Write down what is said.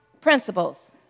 principles